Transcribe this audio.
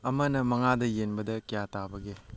ꯑꯃꯅ ꯃꯉꯥꯗ ꯌꯦꯟꯕꯗ ꯀꯌꯥ ꯇꯥꯕꯒꯦ